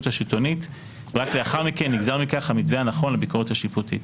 השלטונית ורק לאחר מכן נגזר מכך המתווה הנכון לביקורת השיפוטית.